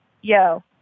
yo